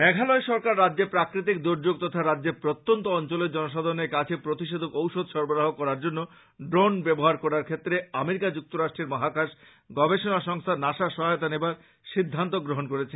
মেঘালয় সরকার রাজ্যে প্রাকৃতিক দুর্যোগ তথা রাজ্যের প্রত্যন্ত অঞ্চলের জনসাধারণের কাছে প্রতিষেধক ঔষধ সরবরাহ করার জন্য ড্রোন ব্যবহারের ক্ষেত্রে আমেরিকা যুক্তরাষ্ট্রের মহাকাশ গবেষণা সংস্থা নাসার সহায়তা নেবার সিদ্ধান্ত গ্রহণ করেছে